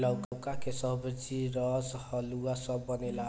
लउका के सब्जी, रस, हलुआ सब बनेला